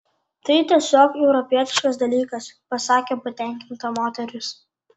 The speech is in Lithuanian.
tai tiesiog europietiškas dalykas pasakė patenkinta moteris